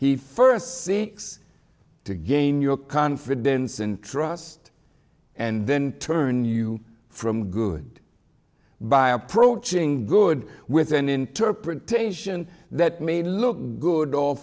he first see to gain your confidence and trust and then turn you from good by approaching good with an interpretation that may look good all